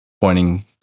pointing